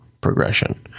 progression